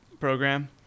program